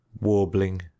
warbling